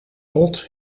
rot